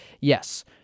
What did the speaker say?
yes